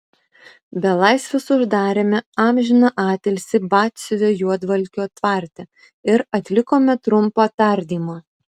belaisvius uždarėme amžiną atilsį batsiuvio juodvalkio tvarte ir atlikome trumpą tardymą